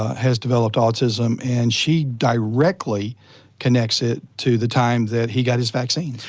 has developed autism and she directly connects it to the time that he got his vaccine.